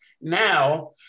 Now